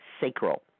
sacral